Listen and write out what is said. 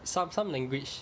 some some language